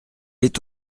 est